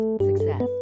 Success